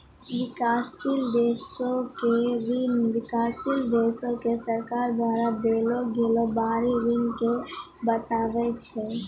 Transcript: विकासशील देशो के ऋण विकासशील देशो के सरकार द्वारा देलो गेलो बाहरी ऋण के बताबै छै